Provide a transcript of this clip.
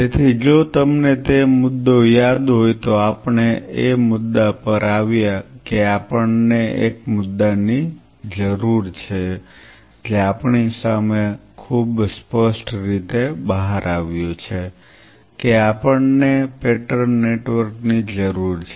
તેથી જો તમને તે મુદ્દો યાદ હોય તો આપણે એ મુદ્દા પર આવ્યા કે આપણને એક મુદ્દા ની જરૂર છે જે આપણી સામે ખૂબ સ્પષ્ટ રીતે બહાર આવ્યું છે કે આપણને પેટર્ન નેટવર્ક ની જરૂર છે